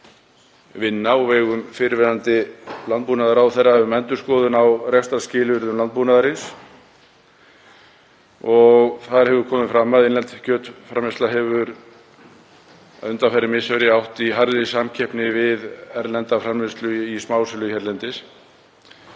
á vegum fyrrverandi landbúnaðarráðherra um endurskoðun á rekstrarskilyrðum landbúnaðarins. Komið hefur fram að innlend kjötframleiðsla hefur undanfarin misseri átt í harðri samkeppni við erlenda framleiðslu í smásölu hérlendis.